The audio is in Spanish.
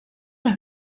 los